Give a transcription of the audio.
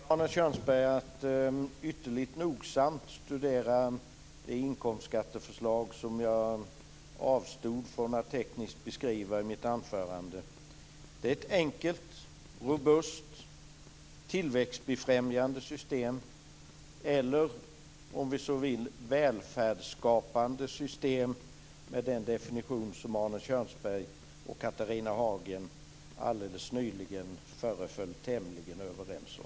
Herr talman! Då skulle jag vilja rekommendera Arne Kjörnsberg att ytterligt nogsamt studera det inkomstskatteförslag som jag avstod från att tekniskt beskriva i mitt anförande. Det är ett enkelt robust tillväxtbefrämjande system, eller om vi så vill, välfärdsskapande system med den definition som Arne Kjörnsberg och Catharina Hagen alldeles nyligen föreföll tämligen överens om.